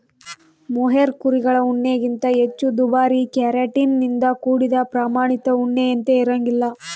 mohair ಕುರಿಗಳ ಉಣ್ಣೆಗಿಂತ ಹೆಚ್ಚು ದುಬಾರಿ ಕೆರಾಟಿನ್ ನಿಂದ ಕೂಡಿದ ಪ್ರಾಮಾಣಿತ ಉಣ್ಣೆಯಂತೆ ಇರಂಗಿಲ್ಲ